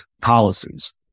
policies